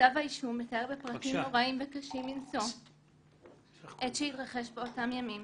כתב האישום מתאר בפרטים נוראים וקשים מנשוא את שהתרחש באותם ימים